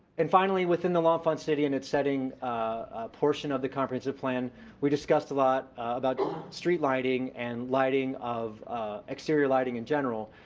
and, finally, within in the l'enfant city and its setting portion of the comprehensive plan we discussed a lot about street lighting and lighting of exterior lighting in general.